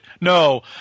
No